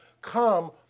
Come